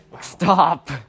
stop